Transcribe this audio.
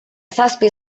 zazpi